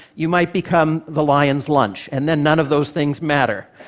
you might become the lion's lunch, and then none of those things matter.